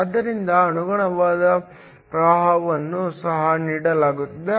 ಆದ್ದರಿಂದ ಅನುಗುಣವಾದ ಪ್ರವಾಹವನ್ನು ಸಹ ನೀಡಲಾಗುತ್ತದೆ